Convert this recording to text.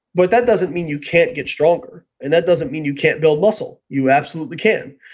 but that doesn't mean you can't get stronger and that doesn't mean you can't build muscle. you absolutely can.